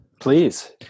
Please